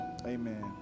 Amen